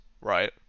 right